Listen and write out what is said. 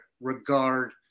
regard